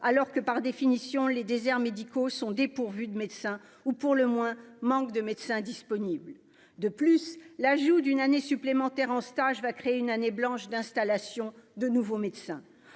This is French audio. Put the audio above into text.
alors que par définition les déserts médicaux sont dépourvues de médecin ou pour le moins manque de médecins disponibles de plus, l'ajout d'une année supplémentaire en stage va créer une année blanche d'installation de nouveaux médecins,